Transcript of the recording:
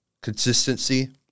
consistency